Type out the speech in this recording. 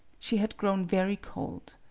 she had grown very cold.